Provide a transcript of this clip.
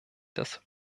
das